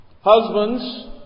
Husbands